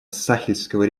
сахельского